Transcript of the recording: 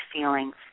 feelings